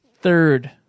third